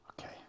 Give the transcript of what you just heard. okay